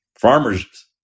farmers